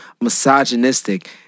misogynistic